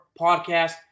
podcast